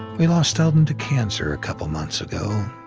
we lost theldon to cancer a couple months ago.